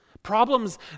Problems